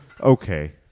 Okay